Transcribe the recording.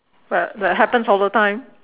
but but happens all the time